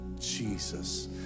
Jesus